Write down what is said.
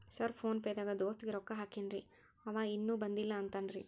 Sir PhonePe ದಾಗ ದೋಸ್ತ್ ಗೆ ರೊಕ್ಕಾ ಹಾಕೇನ್ರಿ ಅಂವ ಇನ್ನು ಬಂದಿಲ್ಲಾ ಅಂತಾನ್ರೇ?